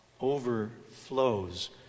overflows